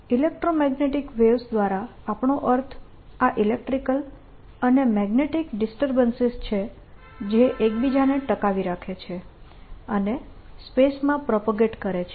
electromagnetic waves દ્વારા આપણો અર્થ આ ઈલેક્ટ્રીકલ અને મેગ્નેટીક ડિસ્ટર્બન્સીસ છે જે એકબીજાને ટકાવી રાખે છે અને સ્પેસ માં પ્રોપગેટ કરે છે